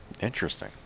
Interesting